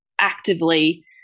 actively